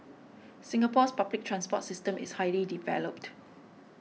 Singapore's public transport system is highly developed